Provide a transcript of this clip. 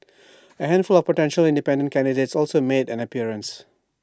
A handful of potential independent candidates also made an appearance